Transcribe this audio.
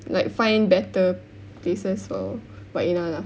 like find better places for wak Ina lah